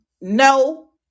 no